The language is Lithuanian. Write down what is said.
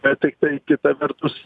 bet tiktai kita vertus